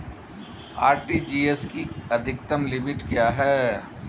RTGS की अधिकतम limit क्या है?